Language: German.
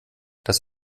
das